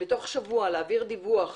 בתוך שבוע, להעביר דיווח